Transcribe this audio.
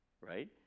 Right